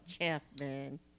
Chapman